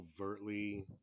overtly